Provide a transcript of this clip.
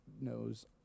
knows